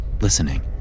listening